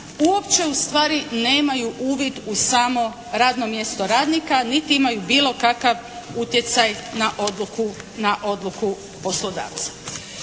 uopće ustvari nemaju uvid u samo radno mjesto radnika niti imaju bilo kakav utjecaj na odluku poslodavca.